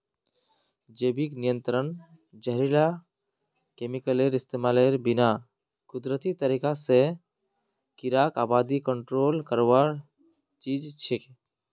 जैविक नियंत्रण जहरीला केमिकलेर इस्तमालेर बिना कुदरती तरीका स कीड़ार आबादी कंट्रोल करवार चीज छिके